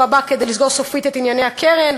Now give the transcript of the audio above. הבא כדי לסגור סופית את ענייני הקרן,